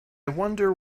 wonder